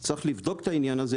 צריך לבדוק את העניין הזה,